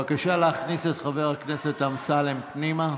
אינו נוכח בבקשה להכניס את חבר הכנסת אמסלם פנימה.